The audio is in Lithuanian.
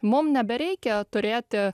mum nebereikia turėti